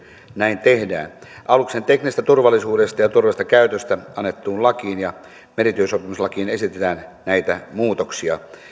näin tehdään aluksen teknisestä turvallisuudesta ja turvallisesta käytöstä annettuun lakiin ja merityösopimuslakiin esitetään näitä muutoksia